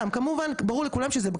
היא לא תאושר,